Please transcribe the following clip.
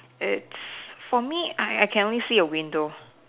it's for me I I can only see a window